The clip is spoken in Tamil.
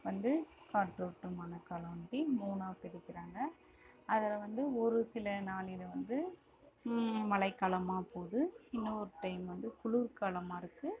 வந்து காற்றோட்டமான காலம் இப்படி மூணாக பிரிக்கிறாங்க அதில் வந்து ஒரு சில நாளில் வந்து மழைக் காலமாக போகுது இன்னொரு டைம் வந்து குளிர் காலமாக இருக்குது